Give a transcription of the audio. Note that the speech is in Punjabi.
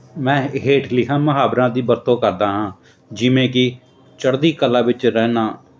ਮੈਂ ਹੇਠ ਲਿਖਾ ਮੁਹਾਵਰਾਂ ਦੀ ਵਰਤੋਂ ਕਰਦਾ ਹਾਂ ਜਿਵੇਂ ਕਿ ਚੜ੍ਹਦੀ ਕਲਾ ਵਿੱਚ ਰਹਿਣਾ